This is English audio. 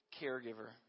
caregiver